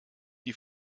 die